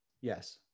yes